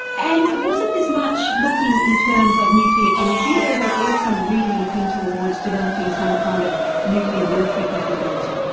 and was it as much looking in terms of nuclear energy, or were they also really looking towards developing some kind of nuclear military capability?